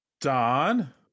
Don